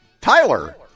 Tyler